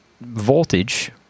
voltage